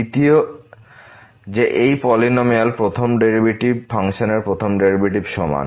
দ্বিতীয় যে এই পলিনমিয়াল প্রথম ডেরিভেটিভ ফাংশনের প্রথম ডেরিভেটিভের সমান